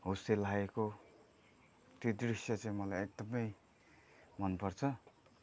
हुस्से लागेको त्यो दृश्य चाहिँ मलाई एकदमै मनपर्छ